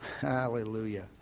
Hallelujah